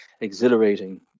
exhilarating